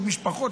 עוד משפחות,